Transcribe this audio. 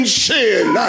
sin